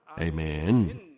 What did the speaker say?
Amen